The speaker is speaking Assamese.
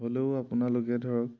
হ'লেও আপোনালোকে ধৰক